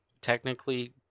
technically